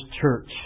church